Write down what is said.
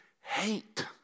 hate